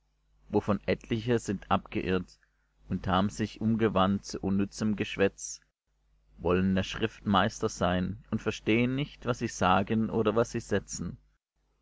wovon etliche sind abgeirrt und haben sich umgewandt zu unnützem geschwätz wollen der schrift meister sein und verstehen nicht was sie sagen oder was sie setzen